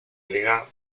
liga